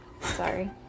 Sorry